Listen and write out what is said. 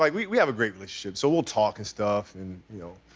like we have a great relationship. so we'll talk and stuff. and you know,